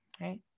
right